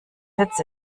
sitz